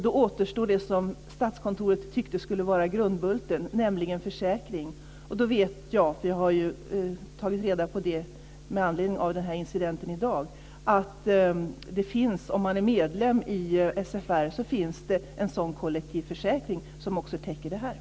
Då återstår det som Statskontoret tyckte skulle vara grundbulten, nämligen försäkring. Jag vet - för jag har tagit reda på det med anledning av incidenten i dag - att det finns en kollektiv försäkring om man är medlem i SFR som också täcker detta.